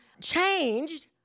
changed